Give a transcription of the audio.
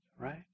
right